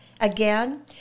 Again